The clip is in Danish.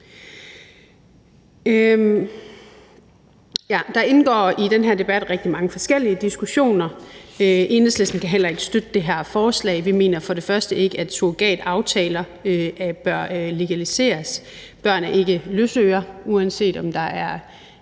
Der indgår i den her debat rigtig mange forskellige diskussioner. Enhedslisten kan heller ikke støtte det her forslag. Vi mener ikke, at surrogataftaler bør legaliseres. Børn er ikke løsøre, uanset om der er